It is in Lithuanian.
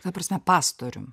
ta prasme pastorium